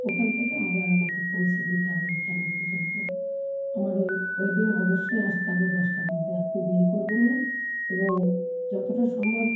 ওখান থেকে আবার আমাকে পৌঁছে দিতে হবে ক্যানিং পর্যন্ত তোমার ওই ওই দিন অবশ্যই আসতে হবে দশটার মধ্যে আপনি দেরি করবেন না এবং যতটা সম্ভব